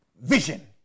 vision